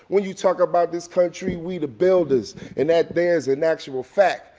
when you talk about this country we the builders, and that there is an actual fact.